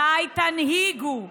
מתי תנהיגו?